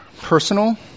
personal